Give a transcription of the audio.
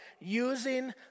using